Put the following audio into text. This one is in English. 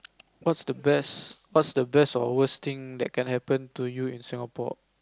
what's the best what's the best or worst thing that can happen to you in Singapore